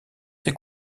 ses